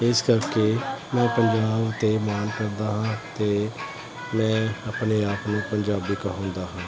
ਇਸ ਕਰਕੇ ਮੈਂ ਪੰਜਾਬ 'ਤੇ ਮਾਣ ਕਰਦਾ ਹਾਂ ਅਤੇ ਮੈਂ ਆਪਣੇ ਆਪ ਨੂੰ ਪੰਜਾਬੀ ਕਹਾਉਂਦਾ ਹਾਂ